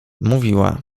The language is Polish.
mówiła